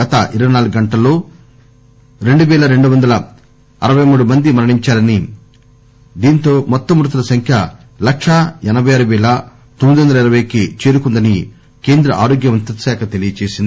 గత ఇరవై నాలుగు గంటల్లో రెండువేల రెండువందల అరపై మూడు మంది మరణించారని మొత్తం మృతుల సంఖ్య లక్షా ఎనబై ఆరు పేల తొమ్మి ది వందల ఇరవై కి చేరుకుందని ఆరోగ్య మంత్రిత్వ శాఖ తెలియజేసింది